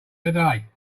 today